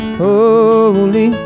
holy